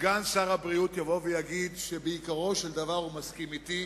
סגן שר הבריאות יגיד שבעיקרו של דבר הוא מסכים אתי.